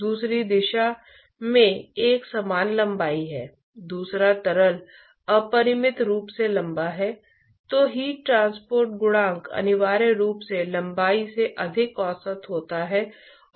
क्योंकि द्रव के ट्रांसपोर्ट गुण या द्रव में हीट का ट्रांसपोर्ट सभी स्थानों पर समान नहीं हो सकता है